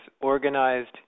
organized